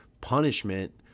punishment